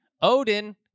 Odin